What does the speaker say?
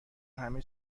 همه